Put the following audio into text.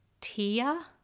Tia